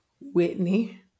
Whitney